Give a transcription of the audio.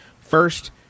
First